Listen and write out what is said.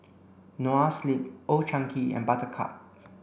Noa Sleep Old Chang Kee and Buttercup